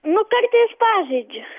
nu kartais pažaidžiu